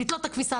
לתלות את הכביסה,